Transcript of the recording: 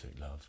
love